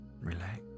relax